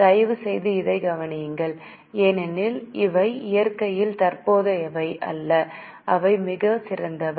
தயவுசெய்து இதைக் கவனியுங்கள் ஏனெனில் இவை இயற்கையில் தற்போதையவை அல்ல அவை மிகச் சிறியவை